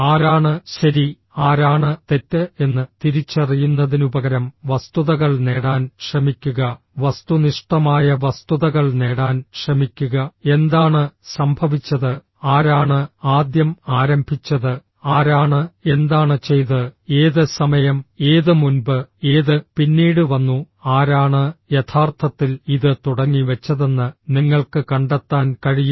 ആരാണ് ശരി ആരാണ് തെറ്റ് എന്ന് തിരിച്ചറിയുന്നതിനുപകരം വസ്തുതകൾ നേടാൻ ശ്രമിക്കുക വസ്തുനിഷ്ഠമായ വസ്തുതകൾ നേടാൻ ശ്രമിക്കുക എന്താണ് സംഭവിച്ചത് ആരാണ് ആദ്യം ആരംഭിച്ചത് ആരാണ് എന്താണ് ചെയ്തത് ഏത് സമയം ഏത് മുൻപ് ഏത് പിന്നീട് വന്നു ആരാണ് യഥാർത്ഥത്തിൽ ഇത് തുടങ്ങി വെച്ചതെന്ന് നിങ്ങൾക്ക് കണ്ടെത്താൻ കഴിയും